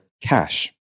cash